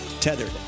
Tethered